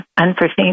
unforeseen